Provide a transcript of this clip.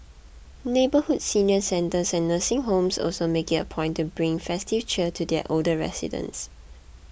neighbourhood senior centres and nursing homes also make it a point to bring festive cheer to their older residents